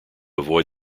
avoid